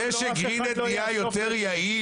אף אחד --- זה שגרין נט נהיה יותר יעיל